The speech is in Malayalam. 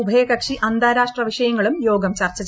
ഉഭയകക്ഷി അന്താരാഷ്ട്ര വിഷയങ്ങളും യോഗം ചർച്ച ചെയ്യും